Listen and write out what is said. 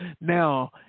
Now